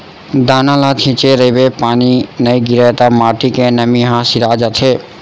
दाना ल छिंचे रहिबे पानी नइ गिरय त माटी के नमी ह सिरा जाथे